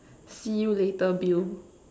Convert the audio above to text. see you later Bill